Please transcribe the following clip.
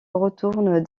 retourne